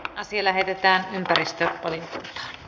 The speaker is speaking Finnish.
asia lähetetään ympäristö oli nyt a